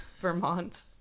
Vermont